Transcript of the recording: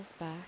back